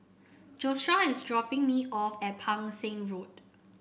Joshua is dropping me off at Pang Seng Road